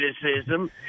criticism